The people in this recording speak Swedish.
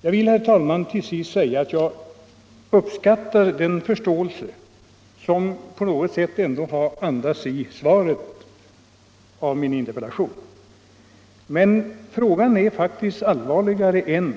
Jag vill, herr talman, till sist säga att jag uppskattar den förståelse som svaret på min interpellation på något sätt ändå andas. Men frågan Nn är faktiskt allvarligare än